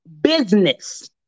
business